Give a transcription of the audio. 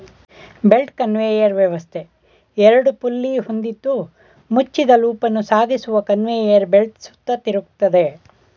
belt conveyor ವ್ಯವಸ್ಥೆ ಎರಡು pulley ಹೊಂದಿದ್ದು ಮುಚ್ಚಿದ ಲೂಪನ್ನು ಸಾಗಿಸುವ ಕನ್ವೇಯರ್ ಬೆಲ್ಟ್ ಸುತ್ತ ತಿರುಗ್ತದೆ